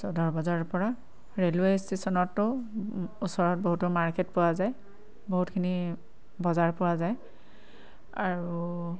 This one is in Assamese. চৌধৰ বজাৰৰপৰা ৰেলৱে ষ্টেচনতো ওচৰত বহুতো মাৰ্কেট পোৱা যায় বহুতখিনি বজাৰ পোৱা যায় আৰু